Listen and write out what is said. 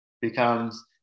becomes